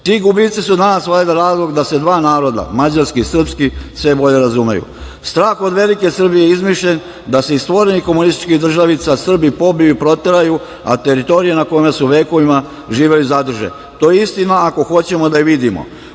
Ti gubici su valjda danas razlog da se dva naroda mađarski i srpski sve bolje razumeju. Strah od velike Srbije je izmišljen da se iz stvorenih komunističkih državica Srbi pobiju i proteraju, a teritorije na kojima su vekovima živeli zadrže. To je istina ako hoćemo da je vidimo,